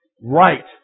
Right